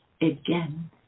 again